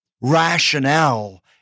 rationale